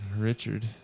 Richard